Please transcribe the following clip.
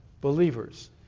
Believers